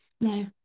No